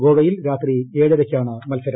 ഗോവയിൽ രാത്രി ഏഴരയ്ക്കാണ് മത്സരം